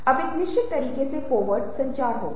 अब एक निश्चित तरीके से कोवर्ट संचार होगा